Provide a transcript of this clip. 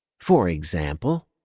for example,